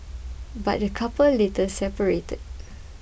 but the couple later separated